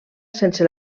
sense